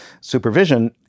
Supervision